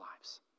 lives